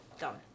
Done